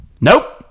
Nope